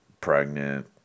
pregnant